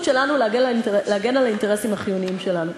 שלנו להגן על האינטרסים החיוניים שלנו.